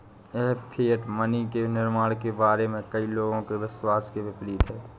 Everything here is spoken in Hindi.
यह फिएट मनी के निर्माण के बारे में कई लोगों के विश्वास के विपरीत है